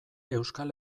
euskal